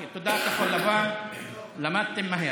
תודה, כחול לבן, למדתם מהר.